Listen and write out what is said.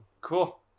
cool